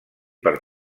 per